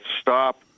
stop